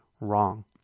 wrong